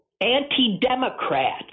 anti-Democrats